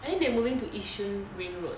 I think they are moving to yishun ring road